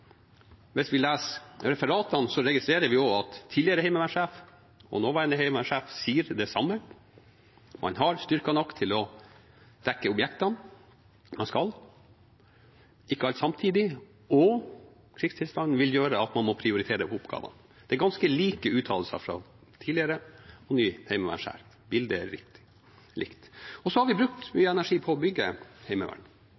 Hvis vi leser referatene, registrerer vi også at tidligere sjef i Heimevernet og nåværende sjef i Heimevernet sier det samme: Man har styrker nok til å dekke objektene når man skal, ikke alt samtidig, og krigstilstanden vil gjøre at man må prioritere oppgavene. Det er ganske like uttalelser fra den tidligere og den nye sjefen i Heimevernet – bildet er likt. Vi har brukt